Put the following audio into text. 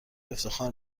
افتخار